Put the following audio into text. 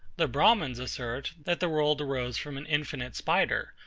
the brahmins assert, that the world arose from an infinite spider,